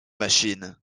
machines